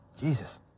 Jesus